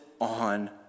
on